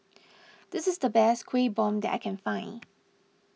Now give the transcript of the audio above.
this is the best Kueh Bom that I can find